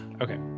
Okay